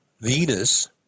Venus